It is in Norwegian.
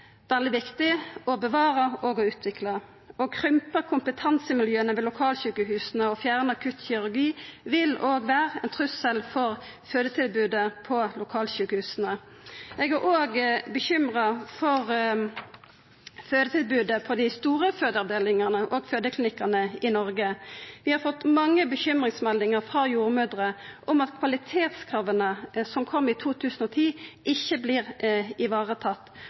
det veldig viktig å bevara og å utvikla. Å krympa kompetansemiljøa ved lokalsjukehusa og fjerna akuttkirurgi vil òg vera ein trussel for fødetilbodet på lokalsjukehusa. Eg er òg bekymra for fødetilbodet på dei store fødeavdelingane og fødeklinikkane i Noreg. Vi har fått mange bekymringsmeldingar frå jordmødrer om at kvalitetskrava som kom i 2010, ikkje